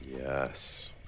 Yes